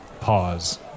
pause